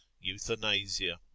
euthanasia